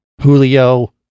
Julio